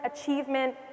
achievement